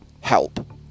help